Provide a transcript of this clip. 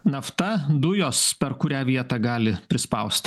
nafta dujos per kurią vietą gali prispaust